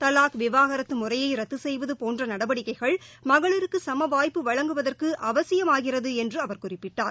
தவாக் விவகாரத்து முறையை ரத்து செய்வது போன்ற நடவடிக்கைகள் மகளிருக்கு சமவாய்ப்பு வழங்குவதற்கு அவசியமாகிறது என்று அவர் குறிப்பிட்டார்